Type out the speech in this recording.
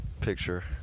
Picture